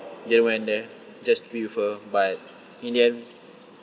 didn't went there just to be with her but in the end